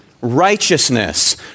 righteousness